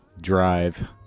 Drive